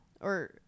Or-